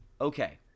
Okay